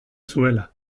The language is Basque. zuela